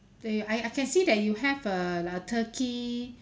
eh I I can see that you have uh like turkey